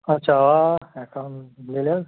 اچھا آ میلہِ حظ